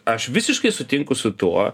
aš visiškai sutinku su tuo